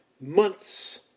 Months